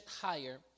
higher